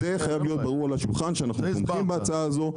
החשש הזה חייב להיות ברור על השולחן שאנחנו תומכים בהצעה הזו.